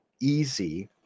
easy